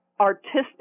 artistic